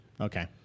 Okay